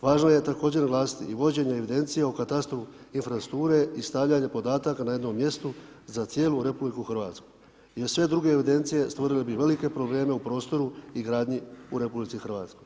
Važno je također naglasiti i vođenje evidencije u katastru infrastrukture i stavljanja podataka na jednom mjestu za cijelu RH jer sve druge evidencije stvorile bi velike probleme u prostoru i gradnji u RH.